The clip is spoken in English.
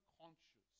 conscious